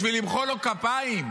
בשביל למחוא לו כפיים?